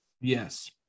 Yes